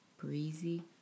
Breezy